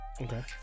Okay